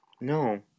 no